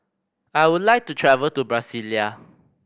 I would like to travel to Brasilia